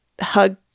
hug